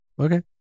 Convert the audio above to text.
okay